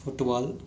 football